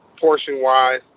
portion-wise